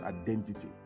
identity